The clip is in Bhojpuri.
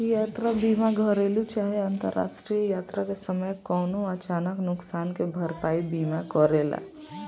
यात्रा बीमा घरेलु चाहे अंतरराष्ट्रीय यात्रा के समय कवनो अचानक नुकसान के भरपाई बीमा करेला